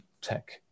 tech